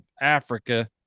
Africa